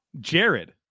Jared